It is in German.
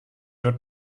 wird